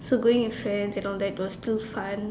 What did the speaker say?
so going with friends they don't dare because it's too fun